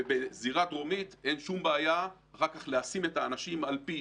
ובזירה דרומית אין שום בעיה אחר כך לשים את האנשים על פי